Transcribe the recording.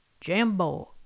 Jambo